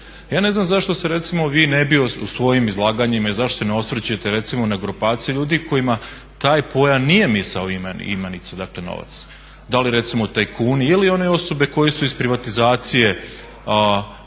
Ja ne znam zašto se vi ne bi u svojim izlaganjima i zašto se ne osvrćete na grupacije ljudi kojima taj pojam nije misao imenica novac. Da li recimo tajkuni ili one osobe koje su iz privatizacije